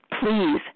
please